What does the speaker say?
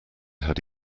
had